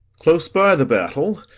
close by the battle,